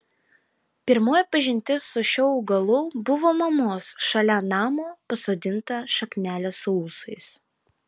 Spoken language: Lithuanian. pirmoji pažintis su šiuo augalu buvo mamos šalia namo pasodinta šaknelė su ūsais